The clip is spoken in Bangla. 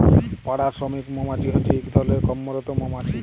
পাড়া শ্রমিক মমাছি হছে ইক ধরলের কম্মরত মমাছি